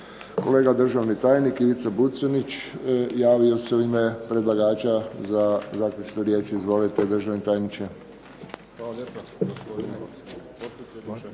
Kolega državni tajnik Ivica Buconjić javio se u ime predlagača za zaključnu riječ. Izvolite državni tajniče.